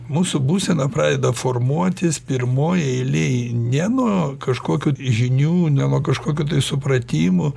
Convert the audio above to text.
mūsų būsena pradeda formuotis pirmoj eilėj ne nuo kažkokių žinių ne nuo kažkokių tai supratimų